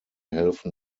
helfen